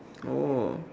oh